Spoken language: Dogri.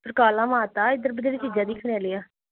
सुकराला माता इद्धर बत्थेरियां चीज़ां दिक्खने आह्लियां